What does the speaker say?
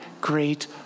great